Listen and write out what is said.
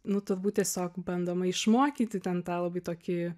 nu turbūt tiesiog bandoma išmokyti ten tą labai tokį